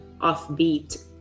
offbeat